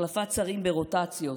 החלפת שרים ברוטציות?